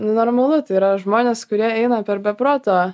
normalu tai yra žmonės kurie eina per be proto